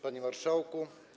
Panie Marszałku!